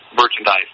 merchandise